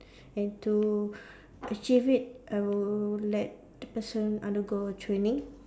and to achieve it I will let the person undergo training